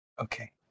okay